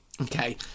okay